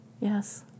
Yes